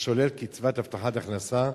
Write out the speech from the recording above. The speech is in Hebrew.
השולל קצבת הבטחת הכנסה,